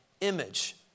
image